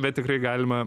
bet tikrai galima